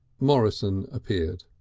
morrison appeared.